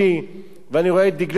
ואני רואה דגלי פלסטין,